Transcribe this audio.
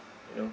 you know